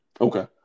Okay